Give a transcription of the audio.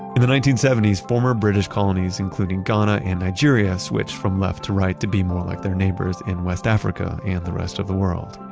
in the nineteen seventy s former british colonies, including ghana and nigeria, switched from left to right to be more like their neighbours in west africa and the rest of the world.